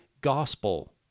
gospel